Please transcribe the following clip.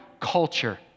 culture